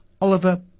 Oliver